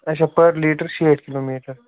اَچھا پٔر لیٖٹَر شیٹھ کِلوٗ میٖٹَر